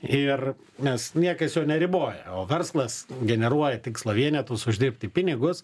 ir nes niekas jo neriboja o verslas generuoja tikslo vienetus uždirbti pinigus